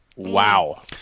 Wow